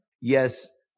yes